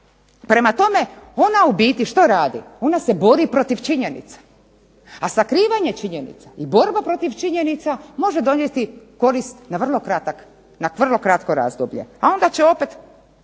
Prema tome, ona u biti što radi? Ona se bori protiv činjenica a sakrivanje činjenica i borba protiv činjenica može donijeti korist na vrlo kratko razdoblje a onda će opet